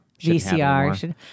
VCR